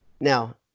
Now